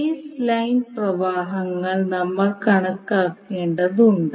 face line പ്രവാഹങ്ങൾ നമ്മൾ കണക്കാക്കേണ്ടതുണ്ട്